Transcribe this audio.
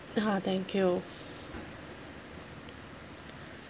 (uh huh) thank you